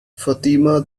fatima